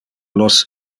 los